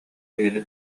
киһини